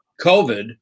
COVID